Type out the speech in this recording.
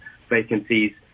vacancies